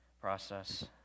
process